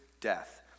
death